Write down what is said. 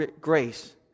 grace